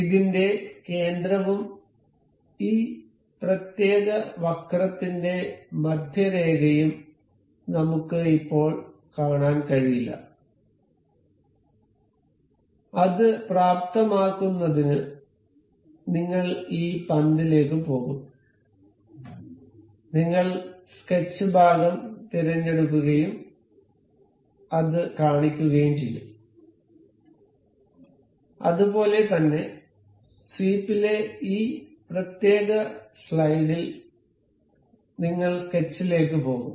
ഇതിന്റെ കേന്ദ്രവും ഈ പ്രത്യേക വക്രത്തിന്റെ മധ്യരേഖയും നമുക്ക് ഇപ്പോൾ കാണാൻ കഴിയില്ല അത് പ്രാപ്തമാക്കുന്നതിന് നിങ്ങൾ ഈ പന്തിലേക്ക് പോകും നിങ്ങൾ സ്കെച്ച് ഭാഗം തിരഞ്ഞെടുക്കുകയും അത് കാണിക്കുകയും ചെയ്യും അതുപോലെ തന്നെ സ്വീപ്പിലെ ഈ പ്രത്യേക സ്ലൈഡിൽ നിങ്ങൾ സ്കെച്ചിലേക്ക് പോകും